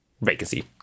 vacancy